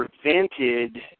prevented